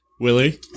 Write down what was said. Willie